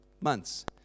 months